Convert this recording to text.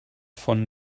von